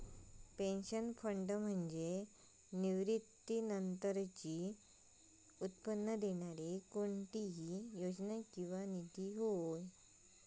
pension fund म्हणजे निवृत्तीनंतरचो उत्पन्न देणारी कोणतीही योजना किंवा निधी